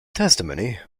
testimony